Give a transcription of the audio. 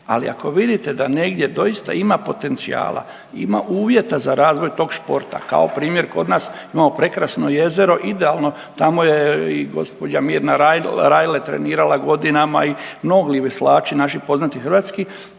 ali ako vidite da negdje doista ima potencijala, ima uvjeta za razvoj tog športa kao primjer kod nas imamo prekrasno jezero idealno tamo je i gospođa Mirana Rajle trenirala godinama i mnogi veslači naši poznati hrvatski,